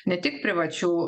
ne tik privačių